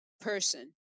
person